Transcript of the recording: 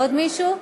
עוד מישהו?